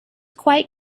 quite